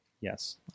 yes